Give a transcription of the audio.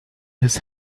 his